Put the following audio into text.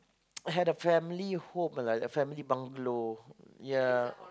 had a family home lah a family bungalow ya